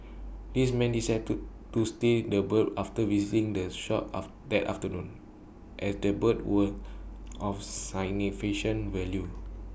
this men decided to to steal the birds after visiting the shop that afternoon as the birds were of value